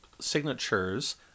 signatures